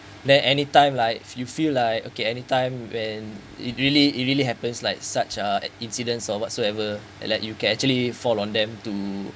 there anytime like you feel like okay anytime when it really it really happens like such uh incidents or whatsoever like you can actually fall on them to